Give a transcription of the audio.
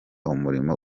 umurimo